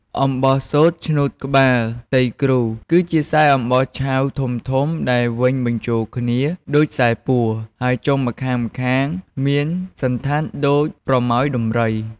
អំបោះសូត្រឈ្នួតក្បាល "ទៃគ្រូ" គឺជាខ្សែអំបោះឆៅធំៗដែលវេញបញ្ចូលគ្នាដូចខ្សែពួរ ហើយចុងម្ខាងៗមានសណ្ឋានដូចប្រមោយដំរី។